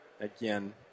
Again